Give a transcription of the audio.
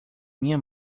minha